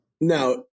Now